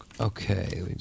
Okay